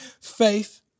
faith